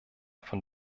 von